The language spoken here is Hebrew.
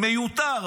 מיותר,